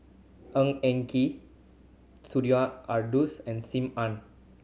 Ng Eng Kee Sumida and Sim Ann